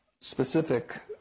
specific